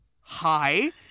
hi